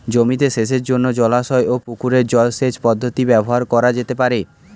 জমিতে সেচের জন্য জলাশয় ও পুকুরের জল সেচ পদ্ধতি ব্যবহার করা যেতে পারে?